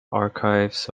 archives